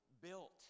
built